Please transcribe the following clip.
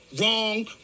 wrong